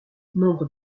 nombre